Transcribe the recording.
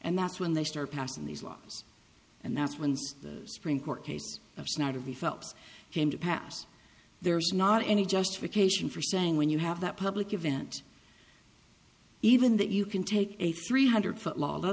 and that's when they start passing these laws and that's when the spring court case of snout of the phelps came to pass there's not any justification for saying when you have that public event even that you can take a three hundred foot l